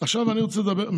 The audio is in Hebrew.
עכשיו אני רוצה לדבר,